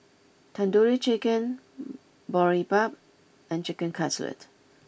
Tandoori Chicken Boribap and Chicken Cutlet